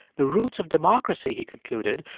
the roots of democracy, he concluded,